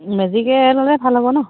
মেজিকে ল'লে ভাল হ'ব ন